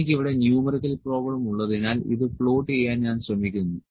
എനിക്ക് ഇവിടെ ന്യൂമെറിക്കൽ പ്രോബ്ലമുള്ളതിനാൽ ഇത് പ്ലോട്ട് ചെയ്യാൻ ഞാൻ ശ്രമിക്കുന്നു